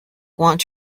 want